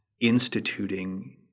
instituting